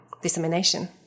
dissemination